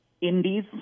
Indies